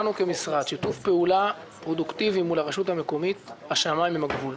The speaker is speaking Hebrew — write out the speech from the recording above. כמשרד שיתוף פעולה פרודוקטיבי מול הרשות המקומית השמיים הם הגבול.